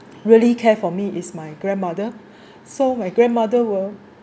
really care for me is my grandmother so my grandmother will